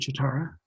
Chitara